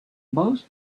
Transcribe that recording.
most